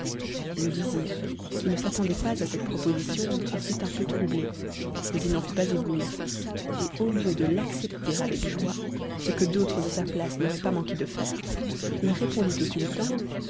le vizir qui ne s'attendait pas à cette proposition en fut un peu troublé mais il n'en fut pas ébloui et au lieu de l'accepter avec joie ce que d'autres à sa place n'auraient pas manqué de faire il répondit au sultan